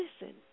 listen